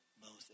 Moses